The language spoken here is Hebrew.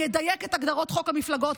אני אדייק את הגדרות חוק המפלגות.